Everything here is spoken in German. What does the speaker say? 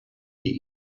die